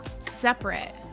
separate